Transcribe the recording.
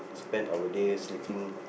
spend our day sleeping